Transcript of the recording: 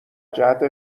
جهت